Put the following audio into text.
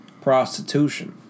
prostitution